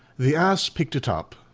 the ass picked it up,